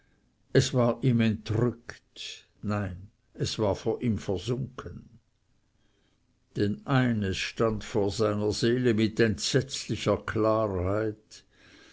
es war ihm entrückt nein es war vor ihm versunken denn eines stand vor seiner seele mit entsetzlicher klarheit